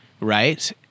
right